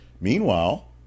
Meanwhile